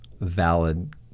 valid